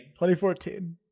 2014